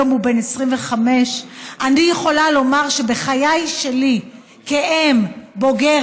היום הוא בן 25. אני יכולה לומר שבחיי שלי כאם בוגרת,